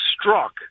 struck